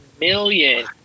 million